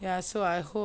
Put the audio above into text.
ya so I hope